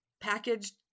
packaged